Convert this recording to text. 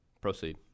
Proceed